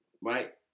Right